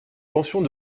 pensions